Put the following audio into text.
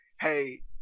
hey